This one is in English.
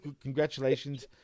congratulations